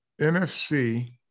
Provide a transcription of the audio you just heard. NFC